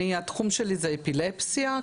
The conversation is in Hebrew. התחום שלי זה אפילפסיה.